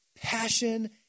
passion